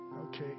Okay